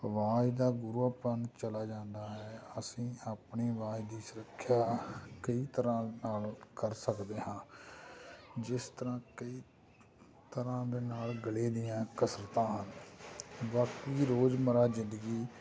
ਆਵਾਜ਼ ਦਾ ਗੁੜ੍ਹਾਪਨ ਚਲਾ ਜਾਂਦਾ ਹੈ ਅਸੀਂ ਆਪਣੀ ਆਵਾਜ਼ ਦੀ ਸੁਰੱਖਿਆ ਕਈ ਤਰ੍ਹਾਂ ਨਾਲ਼ ਕਰ ਸਕਦੇ ਹਾਂ ਜਿਸ ਤਰ੍ਹਾਂ ਕਈ ਤਰ੍ਹਾਂ ਦੇ ਨਾਲ ਗਲੇ ਦੀਆਂ ਕਸਰਤਾਂ ਹਨ ਬਾਕੀ ਰੋਜ਼ਮੱਰਾ ਜ਼ਿੰਦਗੀ